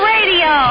Radio